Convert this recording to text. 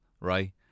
right